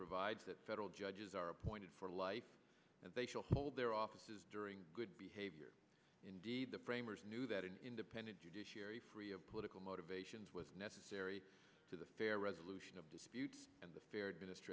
provides that federal judges are appointed for life and they shall hold their offices during good behavior indeed the brainers knew that an independent judiciary free of political motivations was necessary to the fair resolution of disputes and the feared minist